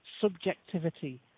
subjectivity